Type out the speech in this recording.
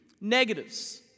negatives